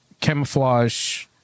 camouflage